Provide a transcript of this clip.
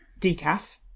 decaf